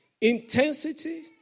intensity